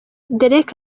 derek